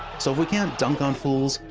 so if we can't dunk on fools,